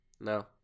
No